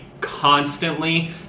constantly